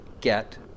get